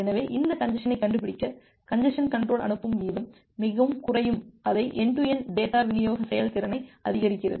எனவே இந்த கஞ்ஜசனை கண்டுபிடிக்க கஞ்ஜசன் கன்ட்ரோல் அனுப்பும் வீதம் மிகவும் குறையும் அதை என்டு டு என்டு டேட்டா விநியோக செயல்திறனை அதிகரிக்கிறது